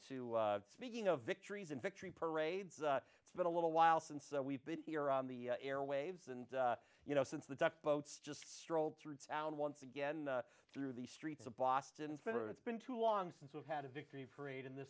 to speaking of victories and victory parades it's been a little while since we've been here on the airwaves and you know since the duck boats just strolled through town once again through the streets of boston for it's been too long since we've had a victory parade in th